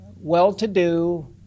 well-to-do